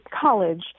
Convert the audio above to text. college